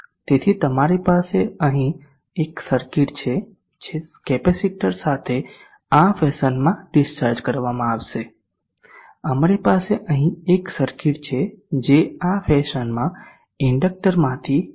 તેથી તમારી પાસે અહીં એક સર્કિટ છે જે કેપેસિટર સાથે આ ફેશનમાં ડિસ્ચાર્જ કરવામાં આવે છે અમારી પાસે અહીં એક સર્કિટ છે જે આ ફેશનમાં ઇન્ડેક્ટરમાંથી કરંટ વહે છે